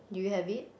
do you have it